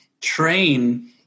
train